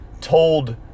told